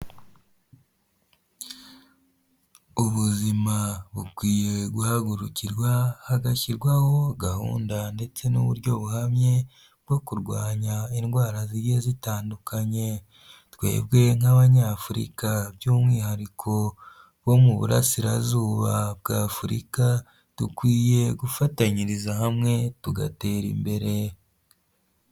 Ubuzima bukwiye guhagurukirwa hagashyirwaho gahunda ndetse n'uburyo buhamye bwo kurwanya indwara zigiye zitandukanye, twebwe nk'abanyafurika by'umwihariko bo mu burasirazuba bwa Afurika, dukwiye gufatanyiriza hamwe tugatera imbere.